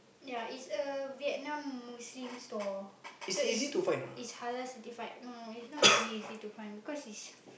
ya is a Vietnam Muslim store so is is Halal certified no is not really easy to find because is